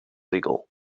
legal